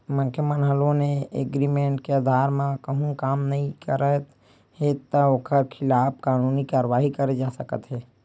मनखे ह loan agreement के अधार म कहूँ काम नइ करत हे त ओखर खिलाफ कानूनी कारवाही करे जा सकत हे